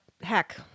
heck